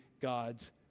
God's